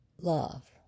Love